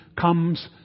comes